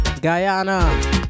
Guyana